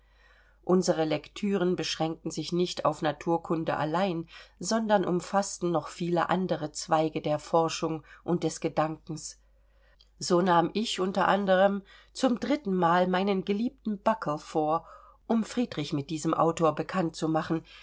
unsere lektüren beschränkten sich nicht auf naturkunde allein sondern umfaßten noch viele andere zweige der forschung und des gedankens so nahm ich unter anderem zum drittenmal meinen geliebten buckle vor um friedrich mit diesem autor bekannt zu machen